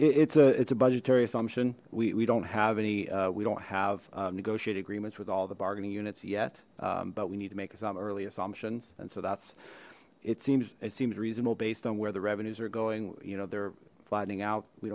it's a it's a budgetary assumption we don't have any we don't have negotiate agreements with all the bargaining units yet but we need to make uh some early assumptions and so that's it seems it seems reasonable based on where the revenues are going you know they're flattening out we